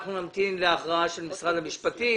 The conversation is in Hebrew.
אנחנו נמתין להכרעה של משרד המשפטים,